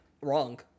Wrong